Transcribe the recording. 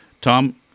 Tom